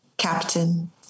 Captain